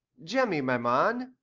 jemmy, my man,